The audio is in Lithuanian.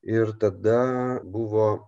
ir tada buvo